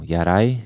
Yarai